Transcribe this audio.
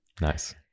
nice